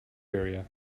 area